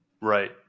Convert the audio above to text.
Right